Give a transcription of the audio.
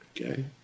Okay